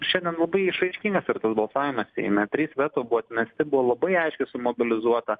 šiandien labai išraiškingas ir tas balsavimas seime trys veto buvo atmesti buvo labai aiškiai sumobilizuota